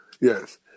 yes